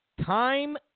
Time